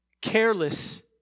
careless